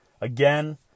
Again